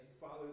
Father